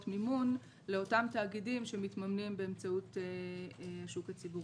מימון לאותם תאגידים שמתממנים באמצעות השוק הציבורי.